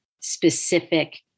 specific